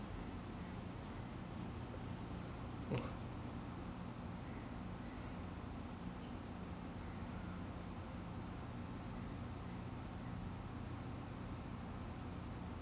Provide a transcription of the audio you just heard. !wah!